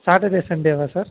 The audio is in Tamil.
சாட்டர்டே சண்டேவா சார்